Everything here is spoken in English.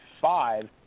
five